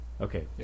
Okay